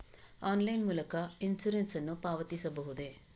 Online ಮೂಲಕ insurance ನ್ನು ಪಾವತಿಸಬಹುದೇ?